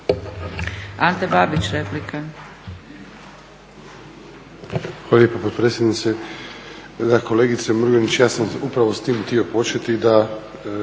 Ante Babić, replika.